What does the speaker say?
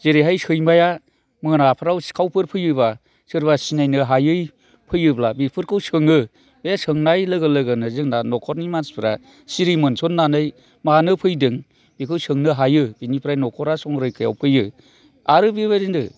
जेरैहाय सैमाया मोनाफ्राव सिखावफोर फैयोब्ला सोरबा सिनायनो हायै फैयोब्ला बेफोरखौ सोङो बे सोंनाय लोगो लोगोनो जोंना न'खरनि मानसिफ्रा सिरि मोनसननानै मानो फैदों बेखौ सोंनो हायो बिनिफ्राय न'खरा संरैखायाव फैयो आरो बेबायदिनो